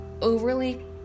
overly